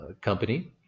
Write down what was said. company